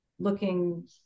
looking